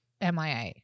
MIA